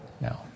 now